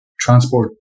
transport